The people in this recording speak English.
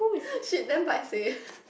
shit damn paiseh